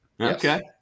Okay